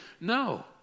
No